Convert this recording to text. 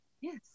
Yes